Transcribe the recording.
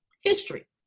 history